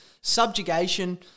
subjugation